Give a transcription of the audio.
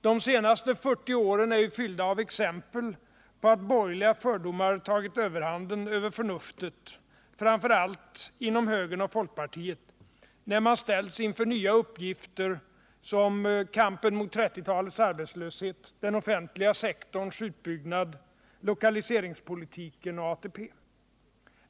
De senaste 40 åren är ju fyllda av exempel på att borgerliga fördomar tagit överhand över förnuftet, framför allt inom högern och folkpartiet, när man ställts inför nya uppgifter som kampen mot 1930-talets arbetslöshet, den offentliga sektorns utbyggnad, lokaliseringspolitiken och ATP.